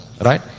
right